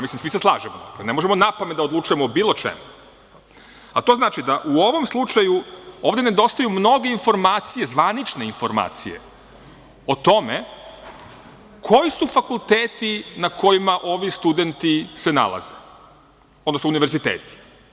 Mislim da se svi slažemo, da ne možemo napamet da odlučujemo o bilo čemu, a to znači da u ovom slučaju, ovde nedostaju mnoge informacije, zvanične informacije o tome koji su fakulteti na kojima ovi studenti se nalaze, odnosno univerziteti?